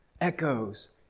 echoes